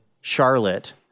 Charlotte